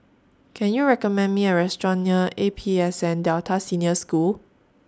Can YOU recommend Me A Restaurant near A P S N Delta Senior School